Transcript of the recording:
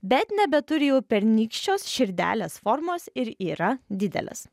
bet nebeturi jau pernykščios širdelės formos ir yra didelės